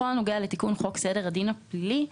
בכל הנוגע לתיקון סדר הדין הפלילי,